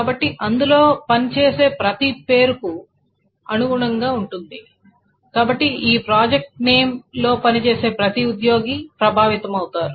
కాబట్టి అందులో పనిచేసే ప్రతి పేరుకు అనుగుణంగా ఉంటుంది కాబట్టి ఆ ప్రాజెక్ట్ నేమ్ లో పనిచేసే ప్రతి ఉద్యోగి ప్రభావితమవుతారు